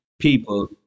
people